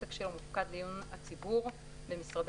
שעותק שלו מופקד לעיון הציבור במשרדי